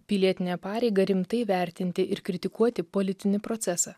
pilietinę pareigą rimtai vertinti ir kritikuoti politinį procesą